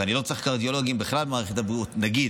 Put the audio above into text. ונגיד שאני לא צריך קרדיולוגים במערכת הבריאות בכלל,